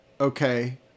Okay